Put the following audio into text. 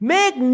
Make